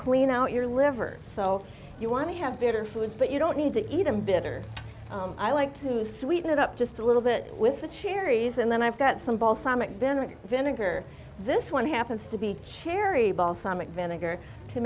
clean out your liver so you want to have better foods but you don't need to eat them bitter i like to sweeten it up just a little bit with the cherries and then i've got some balsamic vinegar vinegar this one happens to be cherry balsamic vinegar to